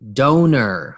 donor